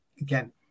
again